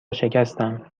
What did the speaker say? شکستم